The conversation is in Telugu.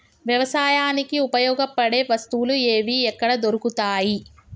వ్యవసాయానికి ఉపయోగపడే వస్తువులు ఏవి ఎక్కడ దొరుకుతాయి?